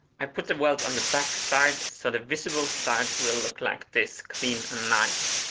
i put the welds on the back side, so the visible side will look like this clean and nice.